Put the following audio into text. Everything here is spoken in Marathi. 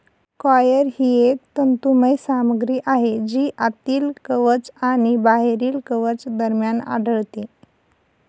कॉयर ही एक तंतुमय सामग्री आहे जी आतील कवच आणि बाहेरील कवच दरम्यान आढळते